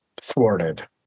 thwarted